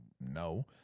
No